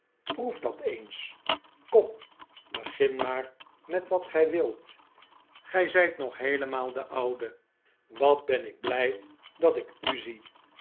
proef dat eens kom begin maar met wat gij wilt gij zijt nog heelemaal de oude wat ben ik blij dat ik u zie